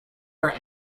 were